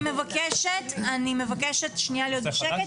אני מבקשת שנייה להיות בשקט.